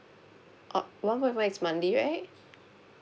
orh one point is monthly right